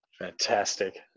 Fantastic